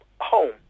home